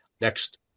next